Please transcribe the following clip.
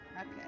Okay